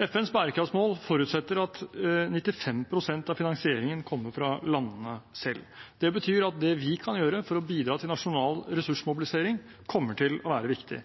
FNs bærekraftsmål forutsetter at 95 pst. av finansieringen kommer fra landene selv. Det betyr at det vi kan gjøre for å bidra til nasjonal ressursmobilisering, kommer til å være viktig.